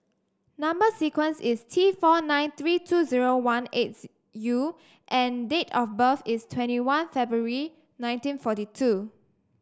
number sequence is T four nine three two zero one eighth U and date of birth is twenty one February nineteen forty two